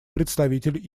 представитель